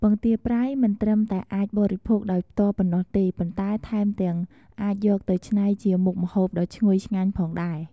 ពងទាប្រៃមិនត្រឹមតែអាចបរិភោគដោយផ្ទាល់ប៉ុណ្ណោះទេ ប៉ុន្តែថែមទាំងអាចយកទៅច្នៃជាមុខម្ហូបដ៏ឈ្ងុយឆ្ងាញ់ផងដែរ។